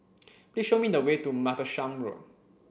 please show me the way to Martlesham Road